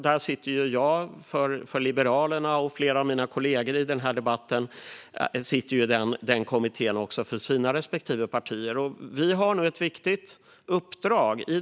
Där sitter jag för Liberalerna, och flera av mina kollegor i denna debatt sitter i den kommittén för sina respektive partier. I denna kommitté har vi nu ett viktigt uppdrag.